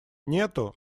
нету